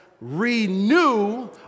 Renew